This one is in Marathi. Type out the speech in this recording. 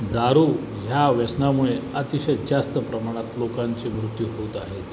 दारू ह्या व्यसनामुळे अतिशय जास्त प्रमाणात लोकांचे मृत्यू होत आहेत